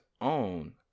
own